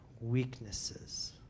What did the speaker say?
weaknesses